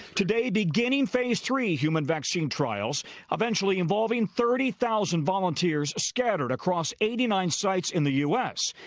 today beginning phase three human vaccine trials eventually involving thirty thousand volunteers scattered across eighty nine sites in the u s,